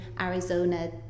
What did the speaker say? Arizona